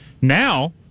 Now